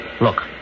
Look